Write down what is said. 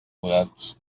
mudats